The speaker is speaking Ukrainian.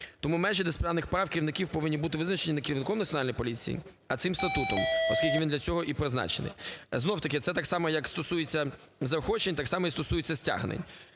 Тому межі дисциплінарних прав керівників повинні бути визначені не керівником Національної поліції, а цим статутом, оскільки він для цього і призначений. Знов-таки це так само, як стосується заохочень, так само і стосується стягнень.